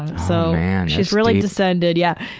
so and she's really descended, yeah.